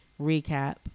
recap